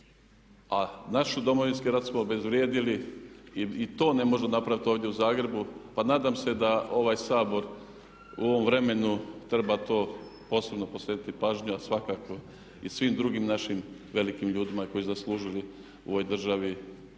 A naš Domovinski rat smo obezvrijedili. I to ne možemo napraviti ovdje u Zagrebu. Pa nadam se da ovaj Sabor u ovom vremenu treba to posebno posvetiti pažnju, a svakako i svim drugim našim velikim ljudima koji su zaslužili u ovoj državi